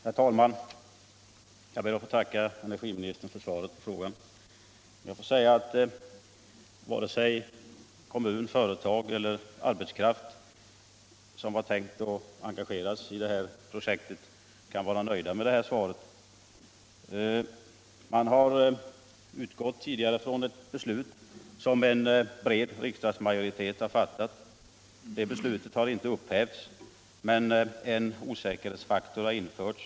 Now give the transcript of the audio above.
Herr talman! Jag tackar energiministern för svaret på min fråga. Varken jag, kommunen, företaget eller den arbetskraft som var tänkt att placeras i detta projekt kan vara nöjd med detta svar. Man har tidigare utgått från ett beslut som en bred riksdagsmajoritet har fattat. Det beslutet har inte upphävts, men en osäkerhetsfaktor har införts.